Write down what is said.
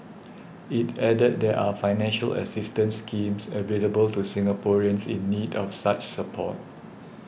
it added there are financial assistance schemes available to Singaporeans in need of such support